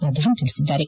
ಪ್ರಧಾನ್ ತಿಳಿಸಿದ್ದಾರೆ